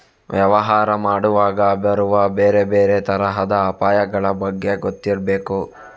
ವ್ಯವಹಾರ ಮಾಡುವಾಗ ಬರುವ ಬೇರೆ ಬೇರೆ ತರದ ಅಪಾಯಗಳ ಬಗ್ಗೆ ಗೊತ್ತಿರ್ಬೇಕು